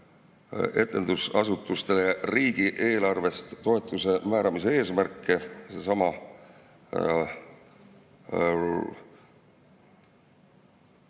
etendusasutustele riigieelarvest toetuse määramise eesmärke, see on